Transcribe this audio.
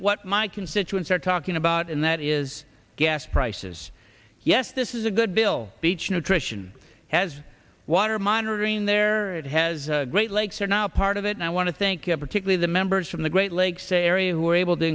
what my constituents are talking about and that is gas prices yes this is a good bill beach nutrition has water monitoring there it has great lakes are now part of it and i want to think in particular the members from the great lakes area who were able to